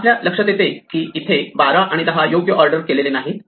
आपल्या लक्षात येते की इथे 12 आणि 10 योग्य ऑर्डर केलेले नाहीत